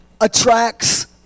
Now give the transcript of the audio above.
attracts